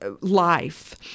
life